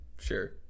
Sure